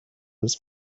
this